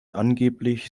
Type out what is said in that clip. angeblich